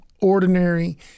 ordinary